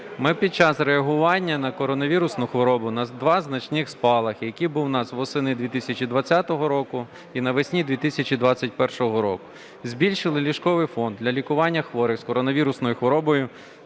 Ми під час реагування на коронавірусну хворобу на два значних спалахи, який був у нас восени 2020 року і навесні 2021 року, збільшили ліжковий фонд для лікування хворих з коронавірусною хворобою